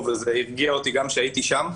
וזה הרגיע אותי גם כשהייתי שם.